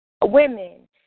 women